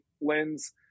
lens